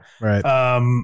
Right